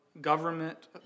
government